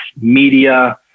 media